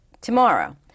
tomorrow